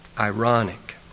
Ironic